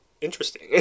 Interesting